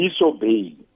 disobey